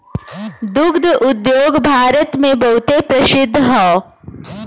दुग्ध उद्योग भारत मे बहुते प्रसिद्ध हौ